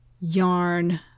yarn